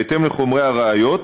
בהתאם לחומרי הראיות.